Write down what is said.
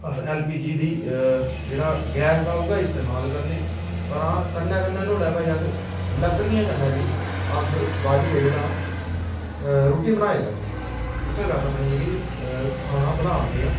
अस L P G दी जेह्ड़ा गैस हा उ'ऐ इस्तमाल करने पर हां कन्नै कन्नै नुआढ़े भाई अस लकड़ियें कन्नै बी अग्ग बालियै जेह्ड़ा रुट्टी बनाए करने उत्थें बी अस अपनी जेह्की खाना बना ने आं